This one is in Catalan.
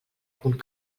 punt